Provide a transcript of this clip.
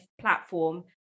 platform